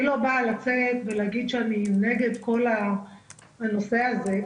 אני לא באה לצאת ולהגיד שאני נגד כל הנושא הזה,